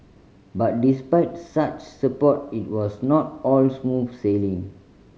but despite such support it was not all smooth sailing